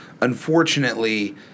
Unfortunately